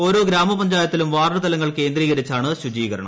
ഒരോ ഗ്രാമപഞ്ചായത്തിലും വാർഡുതലങ്ങൾ കേന്ദ്രീകരിച്ചാണ് ശുചീകരണം